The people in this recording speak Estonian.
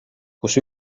kus